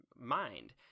mind